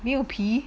没有皮